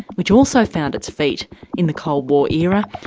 which also found its feet in the cold war era,